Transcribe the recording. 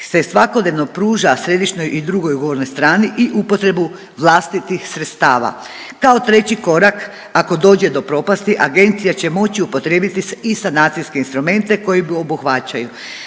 se svakodnevno pruža središnjoj i drugoj ugovornoj strani i upotrebu vlastitih sredstava. Kao treći korak, ako dođe do propasti, Agencija će moći upotrijebiti i sanacijske instrumente koji obuhvaćaju